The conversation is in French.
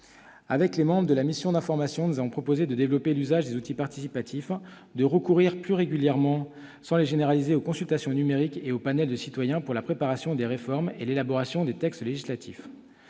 Avec les membres de la mission d'information, nous avons proposé de développer l'usage des outils participatifs, de recourir plus régulièrement, sans les généraliser, aux consultations numériques et aux panels de citoyens pour la préparation des réformes et l'élaboration des textes législatifs.